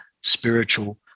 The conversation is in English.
spiritual